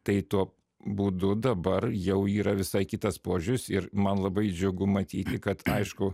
tai tuo būdu dabar jau yra visai kitas požiūris ir man labai džiugu matyti kad aišku